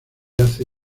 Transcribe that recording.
hace